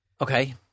Okay